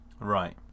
right